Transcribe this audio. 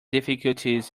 difficulties